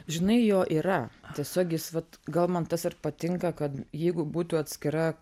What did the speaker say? žinai jo yra tiesiog jis vat gal man tas ir patinka kad jeigu būtų atskira